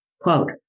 quote